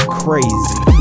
crazy